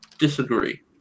Disagree